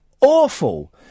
awful